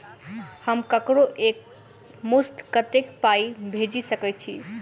हम ककरो एक मुस्त कत्तेक पाई भेजि सकय छी?